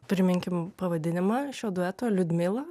priminkim pavadinimą šio diueto liudmila